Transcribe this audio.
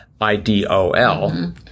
I-D-O-L